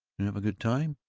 you have a good time?